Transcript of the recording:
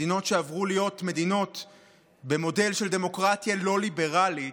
מדינות שעברו להיות במודל של דמוקרטיה לא ליברלית,